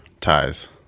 ties